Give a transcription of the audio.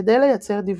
כדי לייצר דבשה,